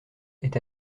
est